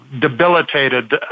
debilitated